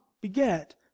beget